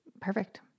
Perfect